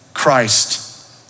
Christ